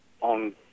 on